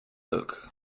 look